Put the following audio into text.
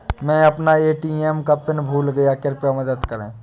मै अपना ए.टी.एम का पिन भूल गया कृपया मदद करें